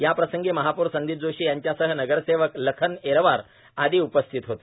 याप्रसंगी महापौर संदीप जोशी यांच्यासह नगरसेवक लखन येरवार आदी उपस्थित होते